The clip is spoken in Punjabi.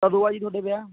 ਕਦੋਂ ਆ ਜੀ ਤੁਹਾਡੇ ਵਿਆਹ